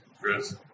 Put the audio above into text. Chris